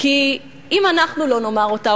כי אם אנחנו לא נאמר אותה,